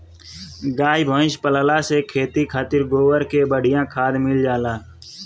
गाई भइस पलला से खेती खातिर गोबर के बढ़िया खाद मिल जाला